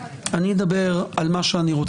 אני אדבר על מה שאני רוצה.